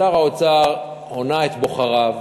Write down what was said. שר האוצר הונה את בוחריו.